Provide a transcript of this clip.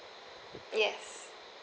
yes